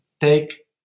take